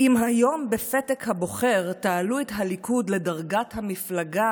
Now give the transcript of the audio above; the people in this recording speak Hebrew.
אם היום בפתק הבוחר תעלו את הליכוד לדרגת המפלגה